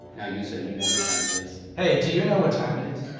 now you say you know what time it is. hey, do you know what time it is?